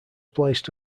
placed